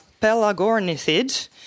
pelagornithid